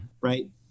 right